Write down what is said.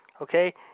Okay